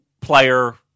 player